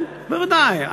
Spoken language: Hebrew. בוודאי.